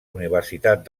universitat